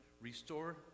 restore